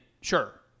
sure